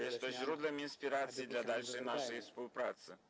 Jest to źródłem inspiracji dla naszej dalszej współpracy.